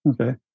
Okay